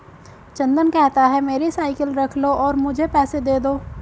चंदन कहता है, मेरी साइकिल रख लो और मुझे पैसे दे दो